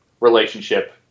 relationship